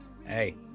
hey